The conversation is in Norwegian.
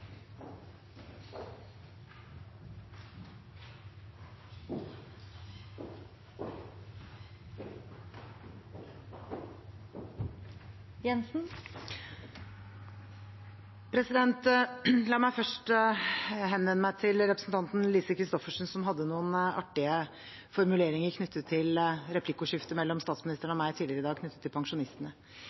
La meg først henvende meg til representanten Lise Christoffersen, som hadde noen artige formuleringer knyttet til replikkordskiftet mellom statsministeren og meg knyttet til pensjonistene. Jeg var finansminister i en regjering som la pensjonsreformen og pensjonsforliket til